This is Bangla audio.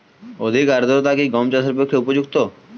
অধিক আর্দ্রতা কি গম চাষের পক্ষে উপযুক্ত?